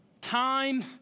time